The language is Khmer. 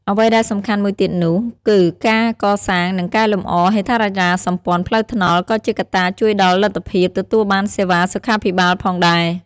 អ្វីដែលសំខាន់មួយទៀតនោះ គឺការកសាង និងកែលម្អ ហេដ្ឋារចនាសម្ព័ន្ធផ្លូវថ្នល់ ក៏ជាកត្តាជួយដល់លទ្ធភាពទទួលបានសេវាសុខាភិបាលផងដែរ។